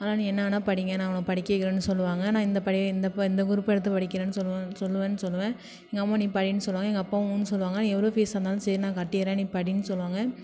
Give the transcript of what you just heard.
அதனால நீ என்ன வேணுணா படிங்க நான் உங்கள படிக்க வைக்கிறேன்னு சொல்லுவாங்க நான் இந்த படி இந்த ப இந்த குரூப் எடுத்து படிக்கிறேன்னு சொல்லுவேன் சொல்லுவேன்னு சொல்லுவேன் எங்கள் அம்மா நீ படின்னு சொல்லுவாங்க எங்கள் அப்பாவும் ம்ன்னு சொல்லுவாங்க எவ்வளோ ஃபீஸாக இருந்தாலும் சரி நான் கட்டிடுறேன் நீ படின்னு சொல்லுவாங்க